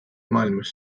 maailmas